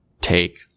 Take